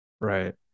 Right